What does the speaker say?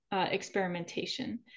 experimentation